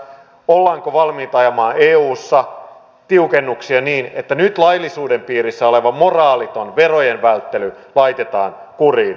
ollaanko valmiita ajamaan eussa tiukennuksia niin että nyt laillisuuden piirissä oleva moraaliton verojen välttely laitetaan kuriin